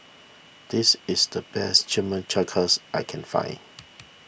this is the best Chimichangas I can find